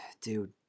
dude